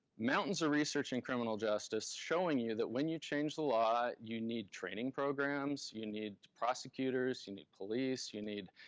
mountains of research in criminal justice showing you that when you change the law, you need training programs, you need prosecutors, you need police, you need